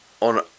On